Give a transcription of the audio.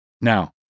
Now